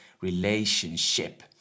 relationship